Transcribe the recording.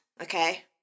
Okay